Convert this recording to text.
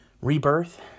rebirth